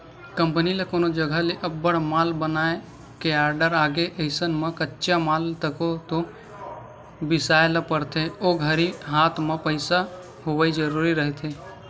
company ल कोनो जघा ले अब्बड़ माल बनाए के आरडर आगे अइसन म कच्चा माल तको तो बिसाय ल परथे ओ घरी हात म पइसा होवई जरुरी रहिथे